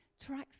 tracks